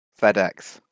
fedex